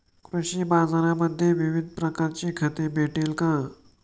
कृषी बाजारांमध्ये विविध प्रकारची खते भेटेल का?